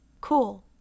cool